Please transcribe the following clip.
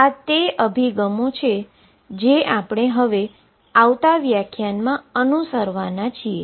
તેથીઆ તે અભિગમો છે જે આપણે હવે આવતા વ્યાખ્યાનમાં અનુસરવાના છીએ